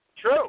True